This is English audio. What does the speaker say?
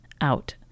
out